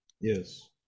Yes